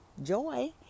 joy